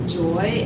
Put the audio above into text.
joy